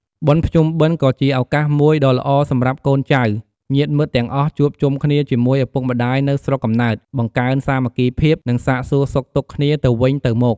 បុណ្យភ្ជុំបិណ្ឌ ក៏ជាឱកាសមួយដ៏ល្អសម្រាប់កូនចៅ ញាតិមិត្តទាំងអស់ជួបជុំគ្នាជាមួយឪពុកម្ដាយនៅស្រុកកំណើត បង្កើនសាមគ្គីភាព និងសាកសួរសុខទុក្ខគ្នាទៅវិញទៅមក។